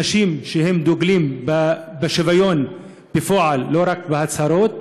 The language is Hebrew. אנשים שדוגלים בשוויון בפועל ולא רק בהצהרות.